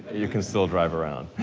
you can still drive around.